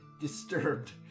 disturbed